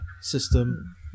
system